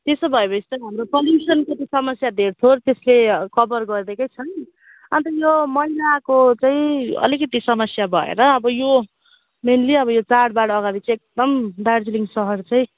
त्यसो भएपछि त हाम्रो यो पोलुसनको त समस्या धेरथोर त्यसले कभर गरिदिएकै छन् अन्त यो मैलाको चाहिँ अलिकति समस्या भएर अब यो मेन्ली अब यो चाडबाड अगाडि चाहिँ एकदम दार्जिलिङ सहर चाहिँ